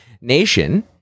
Nation